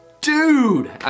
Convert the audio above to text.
dude